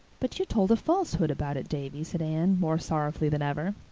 but you told a falsehood about it, davy, said anne, more sorrowfully than ever.